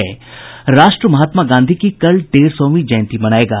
राष्ट्र महात्मा गांधी की कल डेढ़ सौंवी जयंती मनाएगा